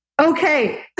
Okay